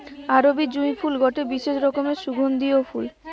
আরবি জুঁই ফুল গটে বিশেষ রকমের সুগন্ধিও ফুল